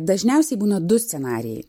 dažniausiai būna du scenarijai